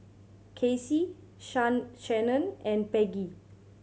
Kacey Shannan and Peggie